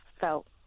felt